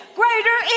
greater